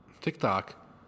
TikTok